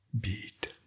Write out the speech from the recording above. beat